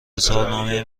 اظهارنامه